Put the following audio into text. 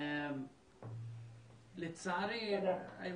לצערי, איימן,